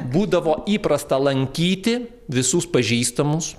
būdavo įprasta lankyti visus pažįstamus